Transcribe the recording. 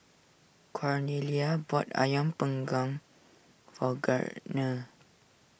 Cornelia bought Ayam Panggang for Gardner